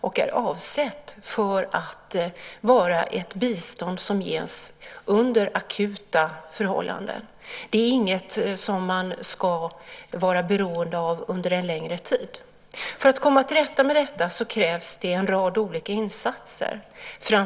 Det är avsett att vara ett bistånd som ges under akuta förhållanden. Det är inget som man ska vara beroende av under en längre tid. För att komma till rätta med detta krävs en rad olika insatser.